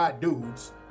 dudes